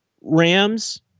Rams